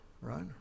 right